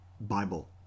Bible